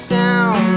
down